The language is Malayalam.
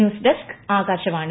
news desk Akashvani